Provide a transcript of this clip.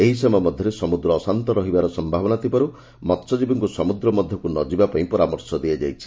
ଏହିସମୟ ମଧ୍ଧରେ ସମୁଦ୍ର ଅଶାନ୍ଡ ରହିବାର ସୟାବନା ଥିବାରୁ ମହ୍ୟଜୀବୀଙ୍ଙୁ ସମୁଦ୍ର ମଧକୁ ନଯିବା ପାଇଁ ପରାମର୍ଶ ଦିଆଯାଇଛି